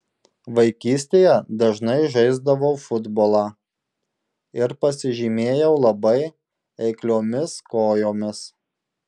vaikystėje dažnai žaisdavau futbolą ir pasižymėjau labai eikliomis kojomis